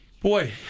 Boy